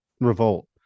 revolt